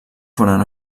foren